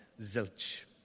zilch